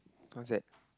what that